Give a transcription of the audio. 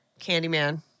candyman